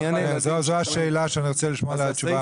זו השאלה שאני רוצה לשמוע עליה תשובה,